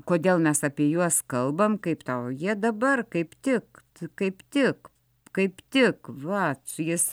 kodėl mes apie juos kalbam kaip tau jie dabar kaip tik kaip tik kaip tik va jis